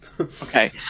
Okay